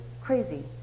crazy